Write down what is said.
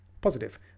positive